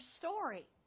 story